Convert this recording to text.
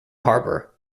harbour